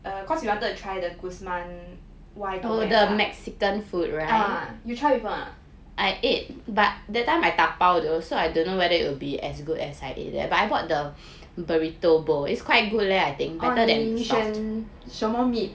err cause we wanted to try the Guzman Y Gomez ah you tried before or not oh 你选什么 meat